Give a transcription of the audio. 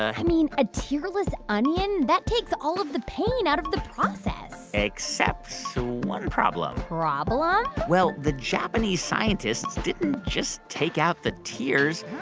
i mean, a tearless onion that takes all of the pain out of the process except one problem. problem? well, the japanese scientists didn't just take out the tears.